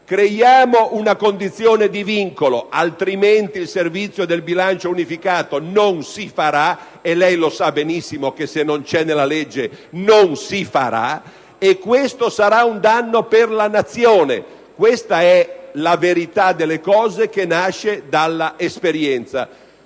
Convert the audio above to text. creiamo una condizione di vincolo, altrimenti il Servizio del bilancio unificato non si farà, e lei sa bene che se non è previsto nella legge non si farà, e questo sarà un danno per la Nazione. Questa è la verità delle cose che nasce dall'esperienza.